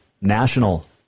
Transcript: national